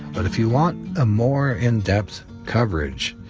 but if you want a more in depth coverage,